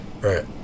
right